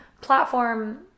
platform